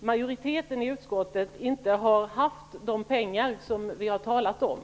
majoriteten i utskottet inte har haft de pengar vi har talat om.